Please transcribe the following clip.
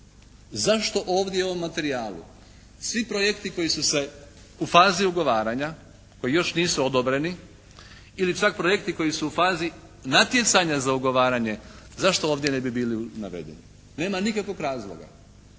Zašto ovdje u ovom materijalu svi projekti koji su se u fazi ugovaranja, koji još nisu odobreni ili čak projekti koji su u fazi natjecanja za ugovaranje zašto ovdje ne bi bili navedeni? Nema nikakvog razloga.